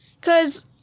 cause